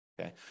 Okay